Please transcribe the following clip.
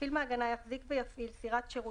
"מפעיל מעגנה יחזיק ויפעיל סירת שירות,